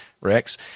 rex